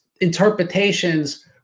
interpretations